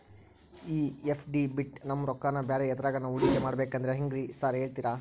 ಈ ಎಫ್.ಡಿ ಬಿಟ್ ನಮ್ ರೊಕ್ಕನಾ ಬ್ಯಾರೆ ಎದ್ರಾಗಾನ ಹೂಡಿಕೆ ಮಾಡಬೇಕಂದ್ರೆ ಹೆಂಗ್ರಿ ಸಾರ್ ಹೇಳ್ತೇರಾ?